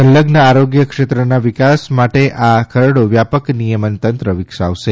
સંલગ્ન આરોગ્ય ક્ષેત્રના વિકાસ માટે આ ખરડો વ્યાપક નિયમન તંત્ર વિકસાવશે